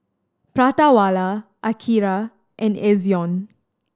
Prata Wala Akira and Ezion